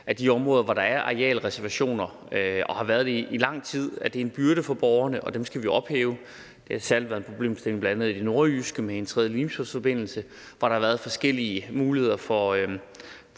at de områder, hvor der er arealreservationer og har været det i lang tid, er en byrde for borgerne, og dem skal vi ophæve. Det har særlig været en problemstilling i bl.a. det nordjyske med en tredje Limfjordforbindelse, hvor der har været forskellige muligheder for,